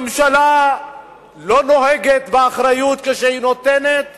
הממשלה לא נוהגת באחריות כשהיא נותנת